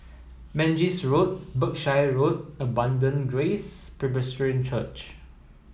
Mangis Road Berkshire Road and Abundant Grace Presbyterian Church